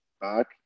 back